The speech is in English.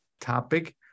topic